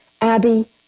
Abby